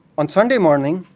on sunday morning,